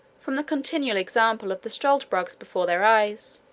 from the continual example of the struldbrugs before their eyes.